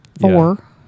four